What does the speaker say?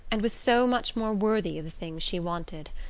and was so much more worthy of the things she wanted!